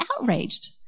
outraged